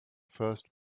first